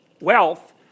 wealth